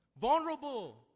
vulnerable